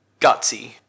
gutsy